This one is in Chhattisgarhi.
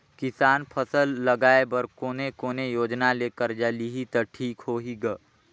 किसान फसल लगाय बर कोने कोने योजना ले कर्जा लिही त ठीक होही ग?